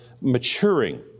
maturing